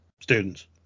students